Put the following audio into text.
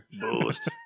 Boost